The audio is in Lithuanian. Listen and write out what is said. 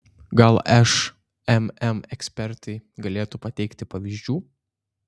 gal šmm ekspertai galėtų pateikti pavyzdžių